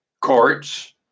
courts